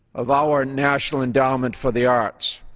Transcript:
of our national endowment for the arts.